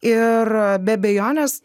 ir be abejonės